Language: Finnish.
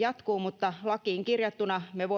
jatkuu, mutta lakiin kirjattuna me